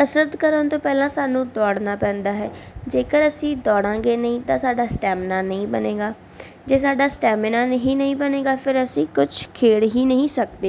ਕਸਰਤ ਕਰਨ ਤੋਂ ਪਹਿਲਾਂ ਸਾਨੂੰ ਦੌੜਨਾ ਪੈਂਦਾ ਹੈ ਜੇਕਰ ਅਸੀਂ ਦੌੜਾਂਗੇ ਨਹੀਂ ਤਾਂ ਸਾਡਾ ਸਟੈਮਿਨਾ ਨਹੀਂ ਨਹੀਂ ਬਣੇਗਾ ਜੇ ਸਾਡਾ ਸਟੈਮਿਨਾ ਨਹੀਂ ਬਣੇਗਾ ਫਿਰ ਅਸੀਂ ਕੁਛ ਖੇਡ ਹੀ ਨਹੀਂ ਸਕਦੇ